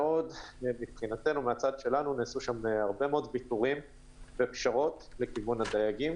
ומבחינתנו נעשו שם הרבה מאוד ויתורים ופשרות לכיוון הדייגים